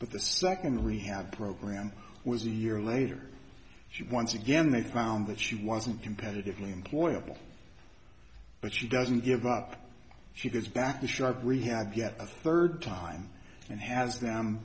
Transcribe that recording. but the second rehab program was a year later she once again they found that she wasn't competitively employable but she doesn't give up she goes back to shark rehab get a third time and has them